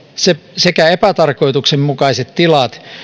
sekä epätarkoituksenmukaiset tilat